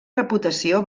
reputació